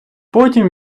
потім